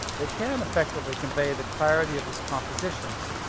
they can effectively convey the clarity of his compositions,